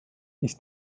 ist